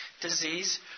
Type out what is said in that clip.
disease